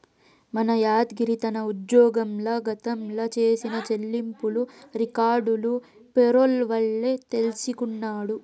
మన యాద్గిరి తన ఉజ్జోగంల గతంల చేసిన చెల్లింపులు రికార్డులు పేరోల్ వల్లే తెల్సికొన్నాడు